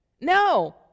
No